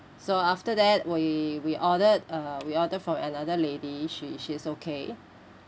so after that we we ordered uh we ordered from another lady she she is okay